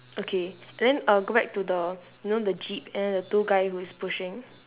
okay then I'll go back to the you know the jeep and then the two guy who is pushing